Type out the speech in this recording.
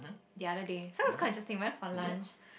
the other day so it's quite interesting we went for lunch